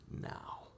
now